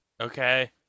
Okay